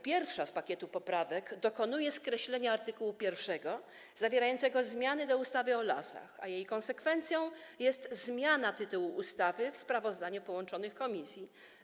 Pierwsza z pakietu poprawek dokonuje skreślenia art. 1 zawierającego zmiany w ustawie o lasach, a jej konsekwencją jest zmiana tytułu ustawy w sprawozdaniu połączonych komisji.